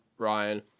Ryan